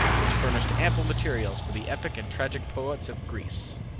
which furnished ample materials for the epic and tragic poets of greece.